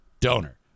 Donor